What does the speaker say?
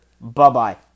Bye-bye